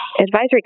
Advisory